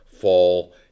fall